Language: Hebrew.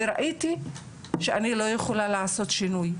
וראיתי שאני לא יכולה לעשות שינוי.